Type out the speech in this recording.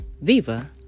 Viva